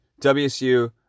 WSU